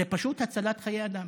זה פשוט הצלת חיי אדם.